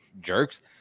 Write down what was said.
jerks